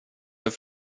för